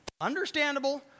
understandable